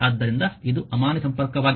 ಆದ್ದರಿಂದ ಇದು ಅಮಾನ್ಯ ಸಂಪರ್ಕವಾಗಿದೆ